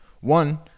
One